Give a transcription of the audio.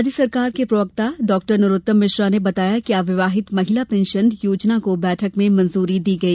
राज्य सरकार के प्रवक्ता डॉ नरोत्तम मिश्र ने बताया कि अविवाहित महिला पेंशन योजना को बैठक में मंजूरी दी गई